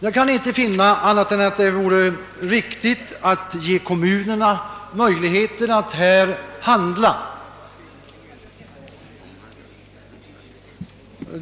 Jag kan inte finna annat än att det vore riktigt att ge kommunerna möjlighet att handla som de själva önskar.